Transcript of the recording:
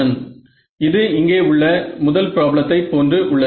Greens function இது இங்கே உள்ள நமது முதல் ப்ராப்ளத்தை போன்று உள்ளது